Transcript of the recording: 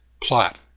plot